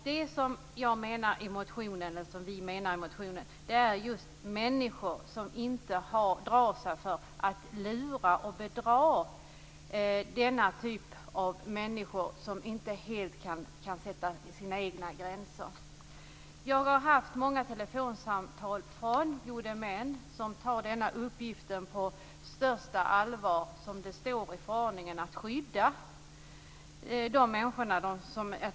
Vi motionärer menar att det är fråga om människor som inte drar sig för att lura och bedra dessa som inte kan sätta sina egna gränser. Jag har fått många telefonsamtal från gode män som tar sin uppgift att skydda de som är tänkta att skyddas på största allvar.